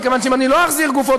מכיוון שאם אני לא אחזיר גופות,